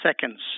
seconds